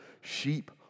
sheep